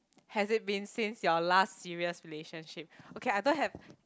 has it been since your last serious relationship okay I don't have